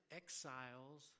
exiles